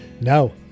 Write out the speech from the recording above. No